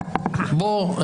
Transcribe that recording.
זה מה שנאמר על